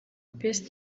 best